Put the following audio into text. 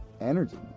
energy